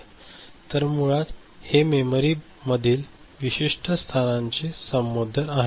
तर मुळात हे मेमरी ब्लॉकमधील विशिष्ट स्थानाचे संबोधन आहे